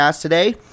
Today